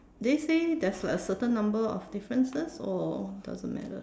they say there's like a certain number of differences or doesn't matter